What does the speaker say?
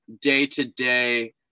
day-to-day